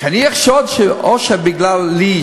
שאני אחשוד שאולי בגללי,